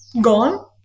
gone